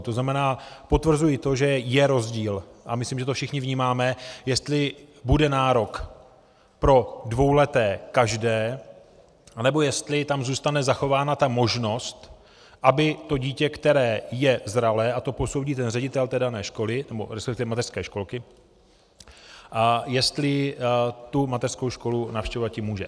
To znamená, potvrzuji to, že je rozdíl, a myslím, že to všichni vnímáme, jestli bude nárok pro dvouleté každé, anebo jestli tam zůstane zachována možnost, aby to dítě, které je zralé, a to posoudí ředitel dané školy, resp. mateřské školky, jestli tu mateřskou školu navštěvovat může.